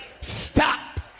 Stop